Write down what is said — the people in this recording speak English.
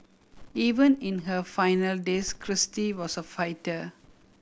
even in her final days Kristie was a fighter